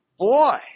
Boy